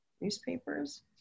newspapers